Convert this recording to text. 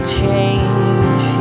change